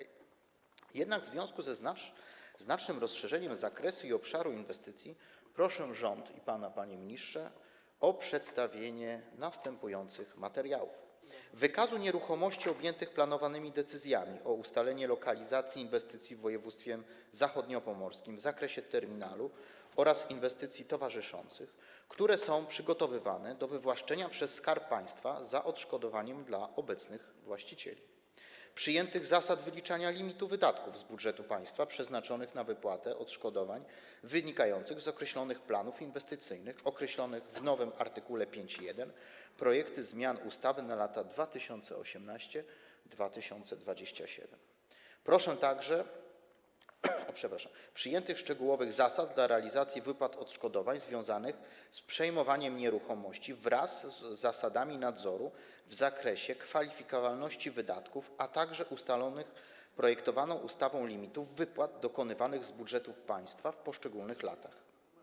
Jednak w związku ze znacznym rozszerzeniem zakresu i obszaru inwestycji proszę rząd i pana, panie ministrze, o przedstawienie następujących materiałów: wykazu nieruchomości objętych planowanymi decyzjami o ustaleniu lokalizacji inwestycji w województwie zachodniopomorskim - w zakresie terminalu oraz inwestycji towarzyszących - które są przygotowywane do wywłaszczenia przez Skarb Państwa za odszkodowaniem dla obecnych właścicieli; przyjętych zasad wyliczenia limitu wydatków z budżetu państwa przeznaczonych na wypłatę odszkodowań wynikających z określonych planów inwestycyjnych, ujętych w nowym art. 5.1 projektu zmian ustawy na lata 2018–2027; przyjętych szczegółowych zasad realizacji wypłat odszkodowań związanych z przejmowaniem nieruchomości wraz z zasadami nadzoru w zakresie kwalifikowalności wydatków, a także ustalonych projektowaną ustawą limitów wypłat dokonywanych z budżetu państwa w poszczególnych latach.